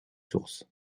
source